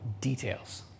details